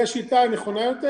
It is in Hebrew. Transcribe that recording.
היא השיטה הנכונה יותר.